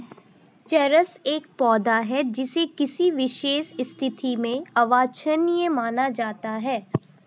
चरस एक पौधा है जिसे किसी विशेष स्थिति में अवांछनीय माना जाता है